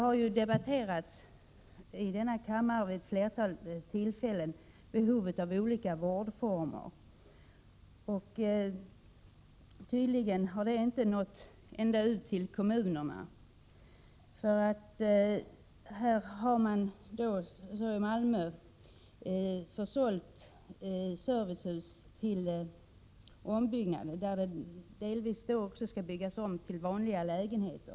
Vid ett flertal tillfällen har behovet av olika vårdformer debatterats i kammaren, men tydligen har detta inte nått ända ut till kommunerna. I Malmö har man t.ex. sålt servicehus, som delvis skall byggas om till vanliga lägenheter.